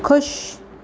खु़शि